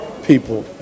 people